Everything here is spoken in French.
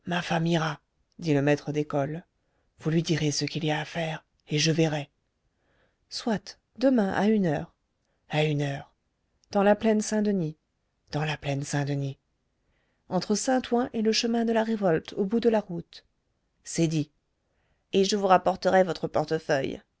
le maître d'école vous lui direz ce qu'il y a à faire et je verrai soit demain à une heure à une heure dans la plaine saint-denis dans la plaine saint-denis entre saint-ouen et le chemin de la révolte au bout de la route c'est dit et je vous rapporterai votre portefeuille